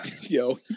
yo